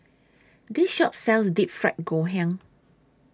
This Shop sells Deep Fried Ngoh Hiang